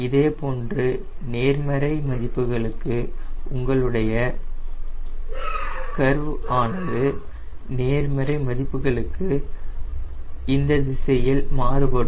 இதேபோன்று நேர்மறை மதிப்புகளுக்கு உங்களுடைய கர்வ் ஆனது இந்த திசையில் மாறுபடும்